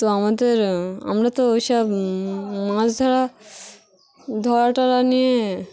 তো আমাদের আমরা তো ওই সব মাছ ধরা ধরা টরা নিয়ে